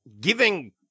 giving